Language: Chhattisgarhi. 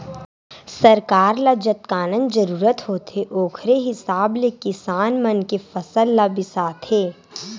सरकार ल जतकाकन जरूरत होथे ओखरे हिसाब ले किसान मन के फसल ल बिसाथे